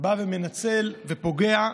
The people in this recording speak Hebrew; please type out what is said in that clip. בא ומנצל ופוגע,